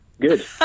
good